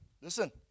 Listen